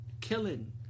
killing